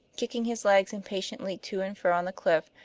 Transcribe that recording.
kicking his legs impatiently to and fro on the cliff,